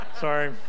sorry